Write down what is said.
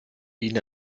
ihnen